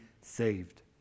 saved